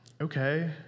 okay